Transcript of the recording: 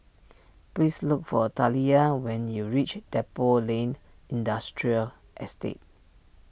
please look for Taliyah when you reach Depot Lane Industrial Estate